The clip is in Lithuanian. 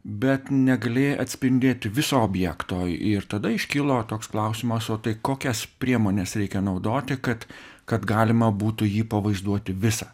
bet negalėjai atspindėti viso objekto ir tada iškilo toks klausimas o tai kokias priemones reikia naudoti kad kad galima būtų jį pavaizduoti visą